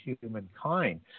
humankind